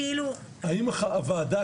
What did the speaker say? האם הוועדה,